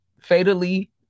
fatally